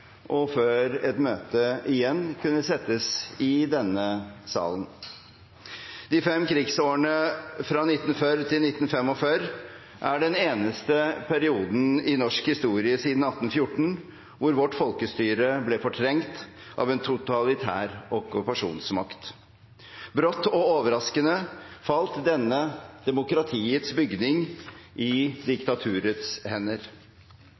og før et møte igjen kunne settes i denne salen. De fem krigsårene fra 1940 til 1945 er den eneste perioden i norsk historie siden 1814 da vårt folkestyre ble fortrengt av en totalitær okkupasjonsmakt. Brått og overraskende falt denne demokratiets bygning i diktaturets hender.